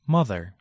Mother